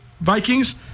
Vikings